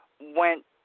went